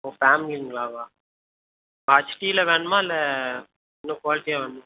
ஓ ஃபேமிலிங்களாவா ஹெச்டியில வேணுமா இல்லை இன்னும் க்வாலிட்டியாக வேணுமா